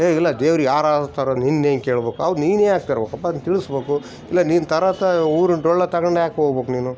A ಇಲ್ಲ ದೇವ್ರು ಯಾರು ಅಂತಾರೆ ನಿಂದೇನು ಕೇಳಬೇಕು ಹೌದು ನೀನು ಯಾಕೆ ತರಬೇಕಪ್ಪ ಅದನ್ನು ತಿಳಿಸ್ಬೇಕು ಇಲ್ಲ ನೀ ತರೋಕಾ ಊರಿನ್ ಡೊಳ್ಳು ತಗೊಂಡ್ ಯಾಕೆ ಹೋಗ್ಬೇಕ್ ನೀನು